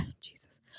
Jesus